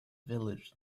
village